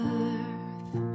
earth